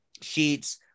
Sheets